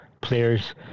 players